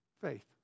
Faith